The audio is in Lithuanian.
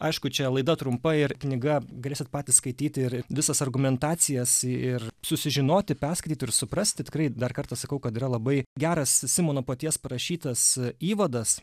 aišku čia laida trumpa ir knyga galėsit patys skaityti ir ir visas argumentacijas ir susižinoti perskaitytų ir suprasti tikrai dar kartą sakau kad yra labai geras simono paties parašytas įvadas